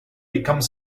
become